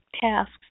tasks